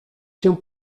się